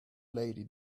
lady